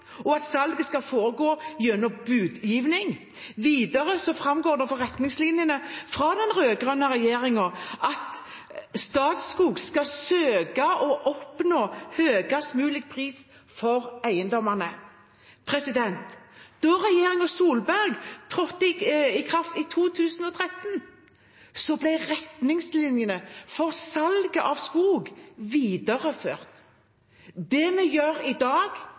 og at salget skal foregå gjennom budgivning. Videre framgår det av retningslinjene – fra den rødgrønne regjeringen – at Statskog skal søke å oppnå høyest mulig pris for eiendommene. Da regjeringen Solberg trådte i kraft i 2013, ble retningslinjene for salget av skog videreført. Det vi gjør i dag,